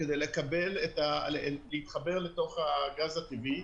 כדי להתחבר לתוך הגז הטבעי,